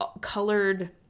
colored